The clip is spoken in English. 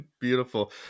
Beautiful